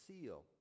seal